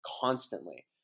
constantly